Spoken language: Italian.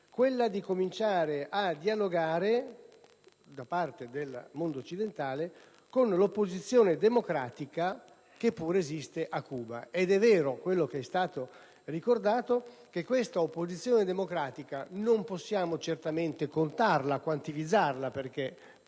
quella di cominciare a dialogare da parte del mondo occidentale con l'opposizione democratica, che pure esiste a Cuba. Ed è vero quanto è stato ricordato: questa opposizione democratica non possiamo certamente quantificarla, per